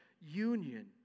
union